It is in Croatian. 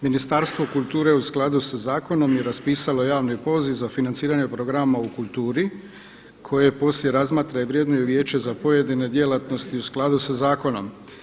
Ministarstvo kulture je u skladu sa zakonom raspisalo i javni poziv za financiranje Programa u kulture koje poslije razmatra i vrjednuje Vijeće za pojedine djelatnosti u skladu sa zakonom.